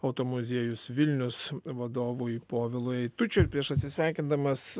automuziejus vilnius vadovui povilui eitučiui ir prieš atsisveikindamas